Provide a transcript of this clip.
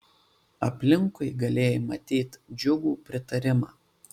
aplinkui galėjai matyt džiugų pritarimą